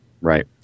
Right